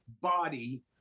body